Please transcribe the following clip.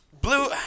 Blue